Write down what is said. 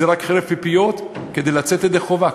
זה רק חרב פיפיות כדי לצאת ידי חובה?